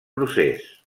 procés